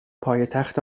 پایتخت